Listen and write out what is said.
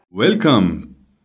Welcome